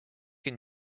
can